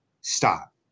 stop